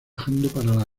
santa